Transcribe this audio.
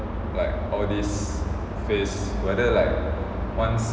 like all these phase whether like once